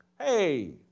hey